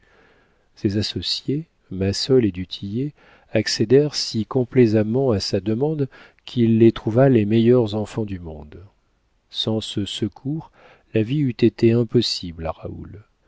ses associés massol et du tillet accédèrent si complaisamment à sa demande qu'il les trouva les meilleurs enfants du monde sans ce secours la vie eût été impossible à raoul